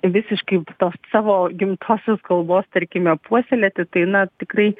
visiškai tos savo gimtosios kalbos tarkime puoselėti tai na tikrai